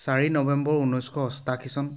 চাৰি নৱেম্বৰ ঊনৈছশ অষ্টাশী চন